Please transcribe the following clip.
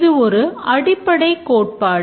இது ஒரு அடிப்படை கோட்பாடு